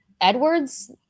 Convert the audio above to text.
edwards